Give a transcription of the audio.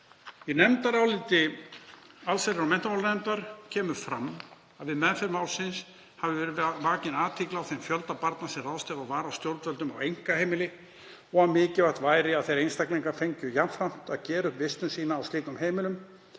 Í nefndaráliti allsherjar- og menntamálanefndar kemur fram að við meðferð málsins hafi verið vakin athygli á þeim fjölda barna sem ráðstafað var af stjórnvöldum á einkaheimili og að mikilvægt væri að þeir einstaklingar fengju jafnframt að gera upp vistun sína á slíkum heimilum